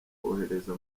kohereza